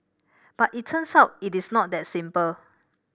but it turns out it is not that simple